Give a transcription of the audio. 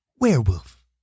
Werewolf